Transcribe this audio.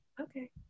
Okay